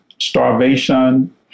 starvation